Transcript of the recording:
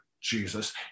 Jesus